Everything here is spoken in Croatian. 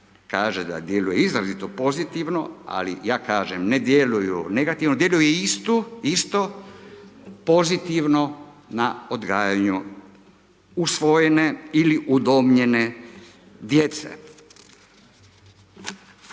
kaže da djeluju izrazito pozitivno, ali ja kažem ne djeluju negativno, djeluju isto pozitivno na odgajanju usvojene ili udomljene djece.